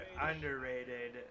underrated